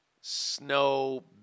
Snow